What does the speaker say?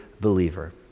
believer